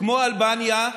כמו אלבניה,